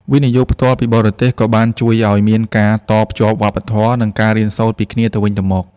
វិនិយោគផ្ទាល់ពីបរទេស ក៏បានជួយឱ្យមានការ "តភ្ជាប់វប្បធម៌" និងការរៀនសូត្រពីគ្នាទៅវិញទៅមក។